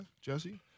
Jesse